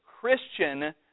Christian